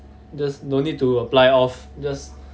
there's no need to apply off just